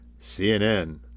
CNN